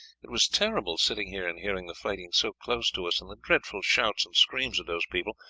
it was terrible sitting here and hearing the fight so close to us, and the dreadful shouts and screams of those people,